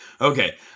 Okay